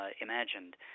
imagined